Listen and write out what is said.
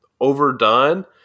overdone